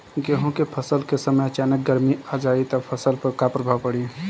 गेहुँ के फसल के समय अचानक गर्मी आ जाई त फसल पर का प्रभाव पड़ी?